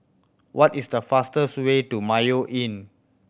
what is the fastest way to Mayo Inn